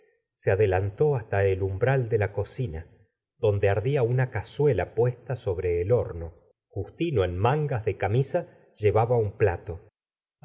se adelantó basta el umbral de la cocina donde ardía una cazuela puesta sobre el horno justino en mangas de camisa llevaba un plato